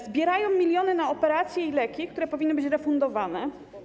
Zbierają miliony na operacje i leki, które powinny być refundowane.